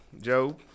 Joe